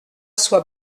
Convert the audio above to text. soit